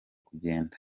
kugenda